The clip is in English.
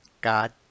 God